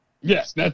Yes